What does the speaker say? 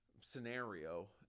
scenario